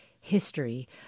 history